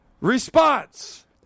response